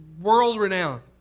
world-renowned